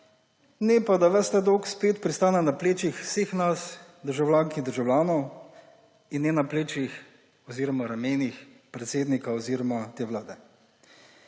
ne pa da ves ta dolg spet pristane na plečih vseh nas državljank in državljanov in ne na ramenih predsednika oziroma te vlade.